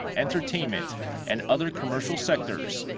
entertainment and other commercial sectors,